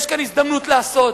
יש כאן הזדמנות לעשות.